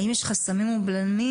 האם יש חסמים ובלמים?